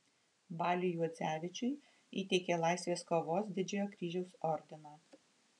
baliui juodzevičiui įteikė laisvės kovos didžiojo kryžiaus ordiną